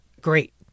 great